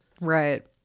right